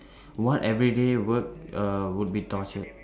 what everyday work err would be torture